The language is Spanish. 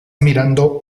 mirando